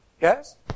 Yes